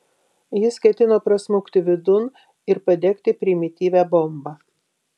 jis ketino prasmukti vidun ir padegti primityvią bombą